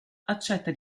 accetta